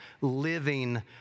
living